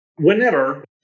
whenever